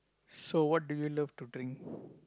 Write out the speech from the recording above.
so what do you love to drink